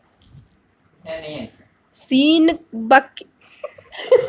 scene Wellesley Miller सीशाक घर बनाए तरकारी उगेबाक लेल बायोसेल्टर केर प्रयोग केने रहय